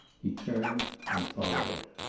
he turned and followed.